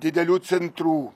didelių centrų